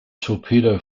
torpedo